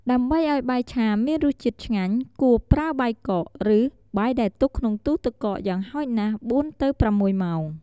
ដើម្បីឱ្យបាយឆាមានរសជាតិឆ្ងាញ់ គួរប្រើបាយកក ឬ បាយដែលទុកក្នុងទូទឹកកកយ៉ាងហោចណាស់ ៤ ទៅ ៦ ម៉ោង។